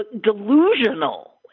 delusional